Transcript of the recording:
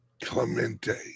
Clemente